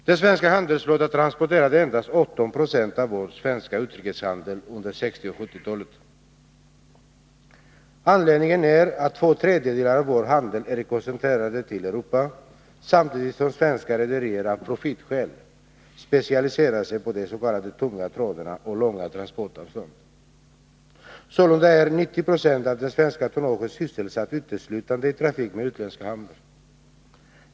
Den svenska handelsflottan transporterade endast 18 96 av varorna i vår svenska utrikeshandel under 1960 och 1970-talen. Anledningen är att två tredjedelar av vår handel är koncentrerad till Europa, samtidigt som svenska rederier av profitskäl specialiserat sig på de s.k. tunga traderna och de långa transportavstånden. Sålunda är 90 96 av det svenska tonnaget sysselsatt uteslutande i trafik på utländska hamnar.